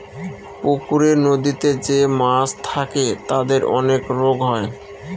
পুকুরে, নদীতে যে মাছ থাকে তাদের অনেক রোগ হয়